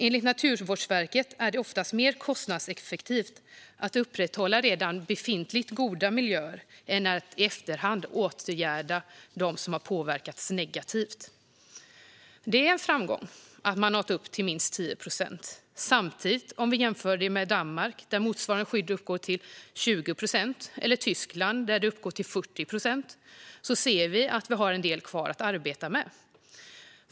Enligt Naturvårdsverket är det oftast mer kostnadseffektivt att upprätthålla redan befintligt goda miljöer än att i efterhand åtgärda dem som har påverkats negativt. Det är en framgång att Sverige har nått upp till minst 10 procent. Samtidigt kan vi jämföra med Danmark, där motsvarande skydd uppgår till 20 procent, eller med Tyskland, där det uppgår till 40 procent. Då ser vi att vi har en del kvar att arbeta med.